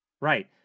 Right